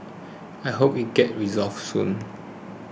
I hope it gets resolved soon